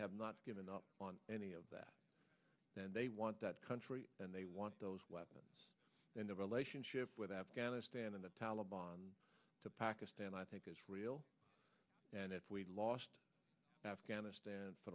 have not given up on any of that and they want that country and they want those weapons and their relationship with afghanistan and the taleban pakistan i think is real and if we lost afghanistan for